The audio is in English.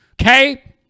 Okay